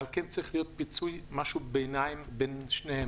על כן, צריך להיות פיצוי ביניים בין שניהם.